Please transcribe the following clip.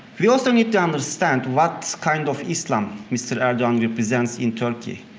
you also need to understand what kind of islam mr. erdogan represents in turkey.